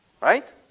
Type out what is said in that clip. Right